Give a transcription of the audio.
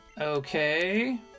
Okay